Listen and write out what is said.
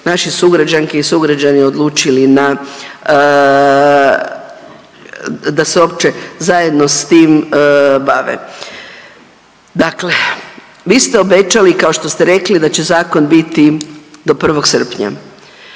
naše sugrađanke i sugrađani odlučili na, da se uopće zajedno s tim bave. Dakle, vi ste obećali kao što ste rekli da će zakon biti do 1. srpnja.